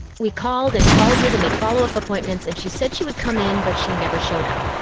we called and called her to make follow-up appointments and she said she would come in, but she never showed up.